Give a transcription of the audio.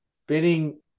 Spinning